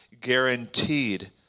guaranteed